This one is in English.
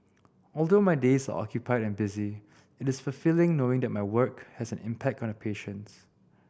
although my days are occupied and busy it is fulfilling knowing that my work has an impact on the patients